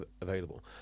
available